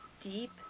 deep